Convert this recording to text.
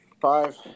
Five